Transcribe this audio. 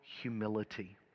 humility